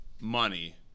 money